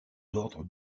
d’ordre